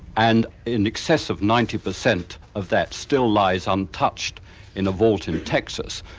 and in excess of ninety percent of that still lies untouched in a vault in texas.